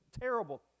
terrible